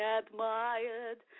admired